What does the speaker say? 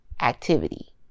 activity